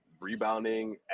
Rebounding